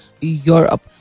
Europe